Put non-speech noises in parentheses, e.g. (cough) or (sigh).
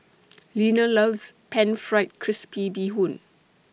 (noise) Linna loves Pan Fried Crispy Bee Hoon